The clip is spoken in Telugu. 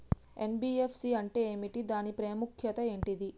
ఎన్.బి.ఎఫ్.సి అంటే ఏమిటి దాని ప్రాముఖ్యత ఏంటిది?